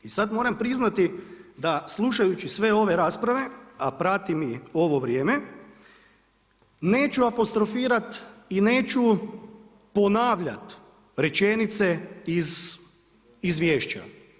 I sad moram priznati da slušajući sve ove rasprave, a pratim ih u ovo vrijeme, neću apostrofirati i neću ponavljati rečenice iz izvješća.